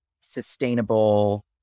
sustainable